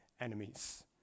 enemies